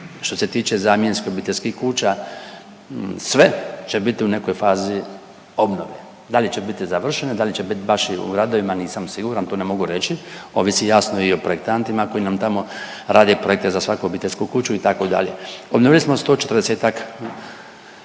što se tiče zamjenskih obiteljskih kuća sve će biti u nekoj fazi obnove. Da li će biti završene, da li će biti baš i u radovima nisam siguran, to ne mogu reći ovisi jasno i o projektantima koji nam tamo rade projekte za svaku obiteljsku kuću itd. Obnovili smo 140-tak